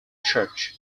church